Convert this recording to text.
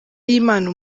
y’imana